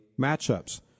matchups